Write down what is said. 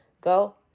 go